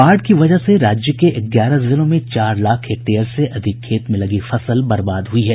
बाढ़ की वजह से राज्य के ग्यारह जिलों में चार लाख हेक्टेयर से अधिक खेत में लगी फसल बर्बाद हुई है